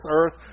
earth